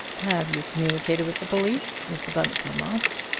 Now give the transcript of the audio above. have you communicated with the police? mr. bundercombe asked.